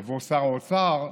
יבוא שר האוצר,